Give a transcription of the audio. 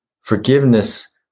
Forgiveness